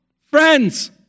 friends